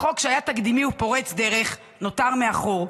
החוק שהיה תקדימי ופורץ דרך נותר מאחור.